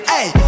Hey